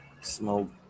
Smoke